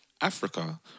Africa